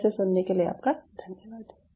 धैर्य से सुनने के लिए आपका धन्यवाद